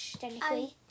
technically